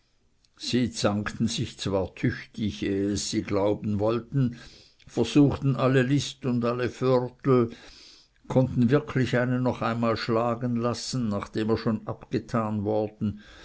sie zankten sich zwar tüchtig ehe sie es glauben wollten versuchten alle list und alle vörtel konnten wirklich einen noch einmal schlagen lassen nachdem er schon abgetan worden